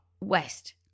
West